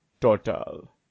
total